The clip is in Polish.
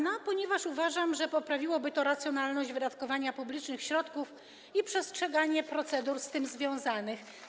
Pytam, ponieważ uważam, że poprawiłoby to racjonalność wydatkowania publicznych środków i przestrzeganie procedur z tym związanych.